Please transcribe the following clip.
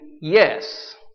yes